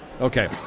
Okay